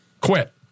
Quit